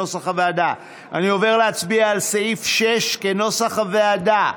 אני עובר להצביע על סעיף 6 כנוסח הוועדה.